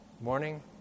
Morning